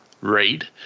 read